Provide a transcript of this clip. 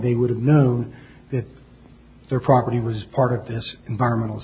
they would have known that their property was part of this environmental